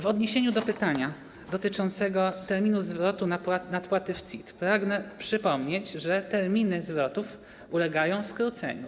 W odniesieniu do pytania dotyczącego terminu zwrotu nadpłaty w CIT pragnę przypomnieć, że terminy zwrotów ulegają skróceniu.